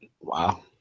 Wow